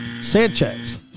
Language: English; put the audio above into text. Sanchez